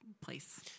place